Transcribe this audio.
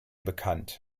bekannt